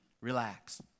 Relax